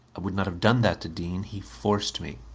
i would not have done that to dean he forced me.